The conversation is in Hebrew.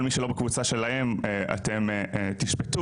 כל מי שלא בקבוצה שלהם אתם תשפטו,